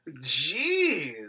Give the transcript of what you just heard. Jeez